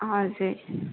हजुर